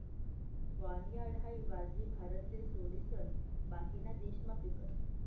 barnyard हाई बाजरी भारतले सोडिसन बाकीना देशमा पीकस